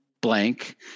blank